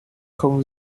không